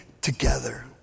together